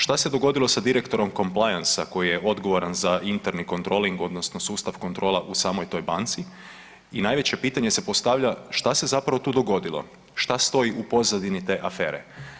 Šta se dogodilo sa direktorom compliancea koji je odgovoran za interni kontroling odnosno sustav kontrola u samoj toj banci i najveće pitanje se postavlja šta se zapravo tu dogodilo, šta stoji u pozadini te afere?